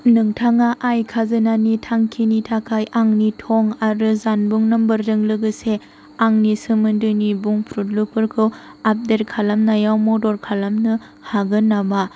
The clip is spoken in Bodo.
नोंथाङा आय खाजोनानि थांखिनि थाखाय आंनि थं आरो जानबुं नम्बरजों लोगोसे आंनि सोमोन्दोनि बुंफुलुफोरखौ आपडेट खालामनायाव मदद खालामनो हागोन नामा